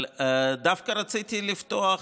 דווקא רציתי לפתוח,